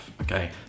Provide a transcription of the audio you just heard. okay